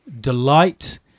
delight